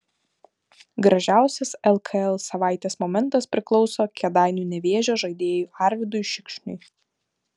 gražiausias lkl savaitės momentas priklauso kėdainių nevėžio žaidėjui arvydui šikšniui